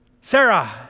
Sarah